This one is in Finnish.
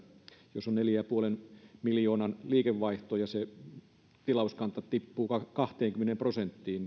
jos on neljän pilkku viiden miljoonan liikevaihto ja se tilauskanta tippuu kahteenkymmeneen prosenttiin